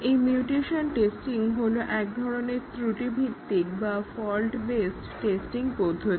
এই mutation testing হলো একটি ত্রুটি ভিত্তিক বা ফল্ট বেসড্ টেস্টিং পদ্ধতি